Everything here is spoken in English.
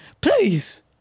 Please